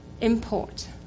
import